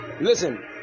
Listen